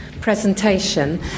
presentation